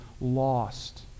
lost